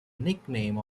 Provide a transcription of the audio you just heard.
nickname